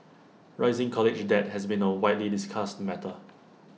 rising college debt has been A widely discussed matter